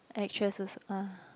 actresses ah